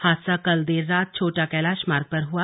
हादसा कल देर रात छोटा कैलाश मार्ग पर हुआ